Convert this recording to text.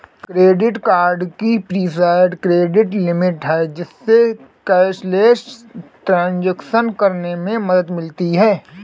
credit card की preset credit limit है, जिससे कैशलेस ट्रांज़ैक्शन करने में मदद मिलती है